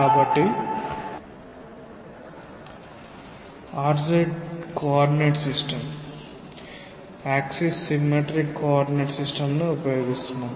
కాబట్టి మనం r z coordinate system axis symmetric coordinate system ఉపయోగిస్తున్నాము